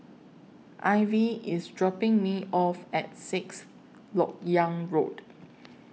Ivy IS dropping Me off At Sixth Lok Yang Road